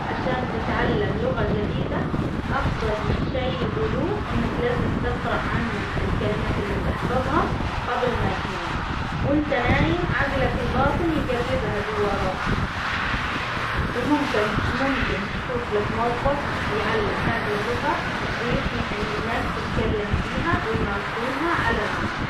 عشان تتعلم لغة جديدة، أفضل شي يجولوه إنك لازم تقرأ عن الكلمات اللي بتحفظها قبل ما تنام، وإنت نايم عجلك الباطن يجلبها جوا راسك، وممكن -ممكن تشوف لك موقع ليعلم هذي اللغة، ويسمح إن الناس تتكلم فيها ويمارسونها على الموقع.